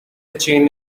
chain